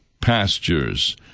pastures